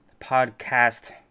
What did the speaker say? podcast